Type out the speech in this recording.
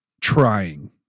trying